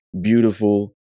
beautiful